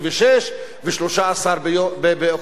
ו-13 באוקטובר 2000,